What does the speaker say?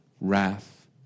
wrath